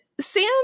Sam